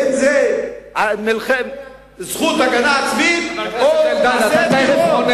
האם זה הזכות להגנה עצמית או מעשה טרור?